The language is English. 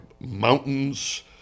mountains